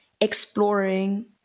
exploring